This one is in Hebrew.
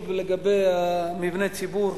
לגבי מבני ציבור,